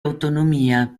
autonomia